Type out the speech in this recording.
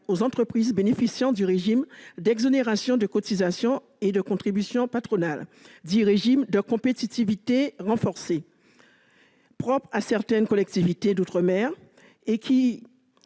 aux entreprises bénéficiant du régime d'exonérations de cotisations et de contributions patronales, dit « régime de compétitivité renforcée », propre à certaines collectivités d'outre-mer,